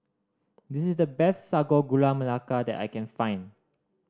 this is the best Sago Gula Melaka that I can find